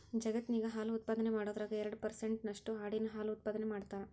ಜಗತ್ತಿನ್ಯಾಗ ಹಾಲು ಉತ್ಪಾದನೆ ಮಾಡೋದ್ರಾಗ ಎರಡ್ ಪರ್ಸೆಂಟ್ ನಷ್ಟು ಆಡಿನ ಹಾಲು ಉತ್ಪಾದನೆ ಮಾಡ್ತಾರ